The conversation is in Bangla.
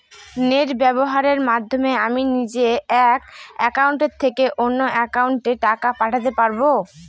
নেট ব্যবহারের মাধ্যমে আমি নিজে এক অ্যাকাউন্টের থেকে অন্য অ্যাকাউন্টে টাকা পাঠাতে পারব?